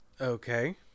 Okay